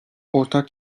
ortak